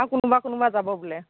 আৰু কোনোবা কোনোবা যাব বোলে